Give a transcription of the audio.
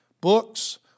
Books